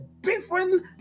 different